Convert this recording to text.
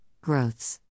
growths